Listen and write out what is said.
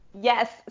Yes